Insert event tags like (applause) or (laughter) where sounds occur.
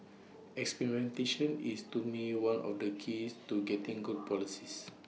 experimentation is to me one of the keys to getting good policies (noise)